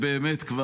כן.